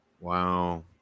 Wow